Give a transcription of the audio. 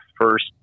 first